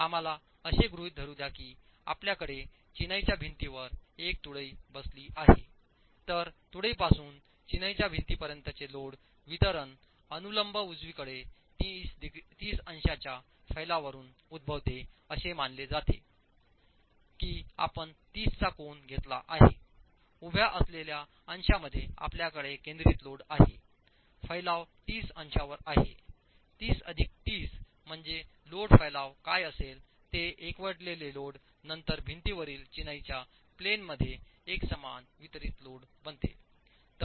आम्हाला असे गृहीत धरू द्या की आपल्याकडे चिनाईच्या भिंतीवर एक तुळई बसली आहे तर तुळईपासून चिनाईच्या भिंतीपर्यंतचे लोड वितरण अनुलंब उजवीकडे 30 अंशांच्या फैलावरून उद्भवते असे मानले जाते की आपण 30 चा कोन घेतला आहे उभ्या असलेल्या अंशांमध्ये आपल्याकडे केंद्रित लोड आहे फैलाव 30 अंशांवर आहे 30 अधिक 30 म्हणजे लोड फैलाव काय असेल ते एकवटलेले लोड नंतर भिंतीवरील चिनाईच्या प्लेन मध्ये एकसमान वितरित लोड बनते